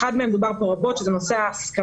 על אחד מהם דובר פה רבות, שזה נושא ההסכמה.